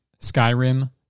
Skyrim